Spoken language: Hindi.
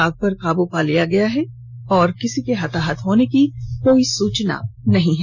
आग पर काबू पा लिया गया है किसी के हताहत होने की कोई सूचना नहीं है